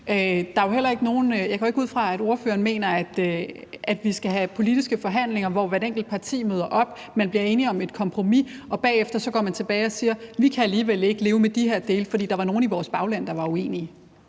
Jeg går heller ikke ud fra, at ordføreren mener, at vi skal have politiske forhandlinger, hvor hvert enkelt parti møder op, hvor man bliver enige om et kompromis, og hvor man bagefter så går tilbage og siger: Vi kan alligevel ikke leve med de her dele, fordi der var nogle i vores bagland, der var uenige.